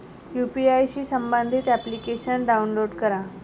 UPI शी संबंधित application download करा